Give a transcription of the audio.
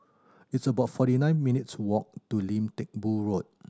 it's about forty nine minutes' walk to Lim Teck Boo Road